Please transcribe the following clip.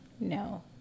No